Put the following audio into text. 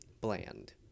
bland